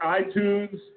iTunes